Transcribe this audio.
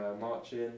marching